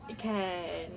kan